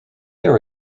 there